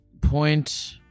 point